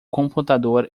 computador